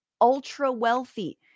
ultra-wealthy